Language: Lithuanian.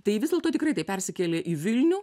tai vis dėlto tikrai tai persikėlė į vilnių